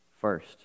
first